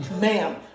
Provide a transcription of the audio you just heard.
ma'am